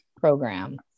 program